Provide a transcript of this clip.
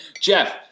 Jeff